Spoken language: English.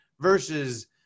versus